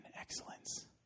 excellence